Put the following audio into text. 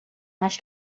mas